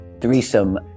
threesome